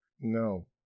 no